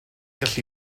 gallu